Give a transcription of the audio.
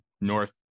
north